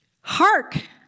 Hark